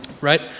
right